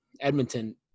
Edmonton